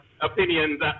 opinions